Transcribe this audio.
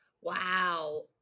Wow